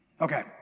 Okay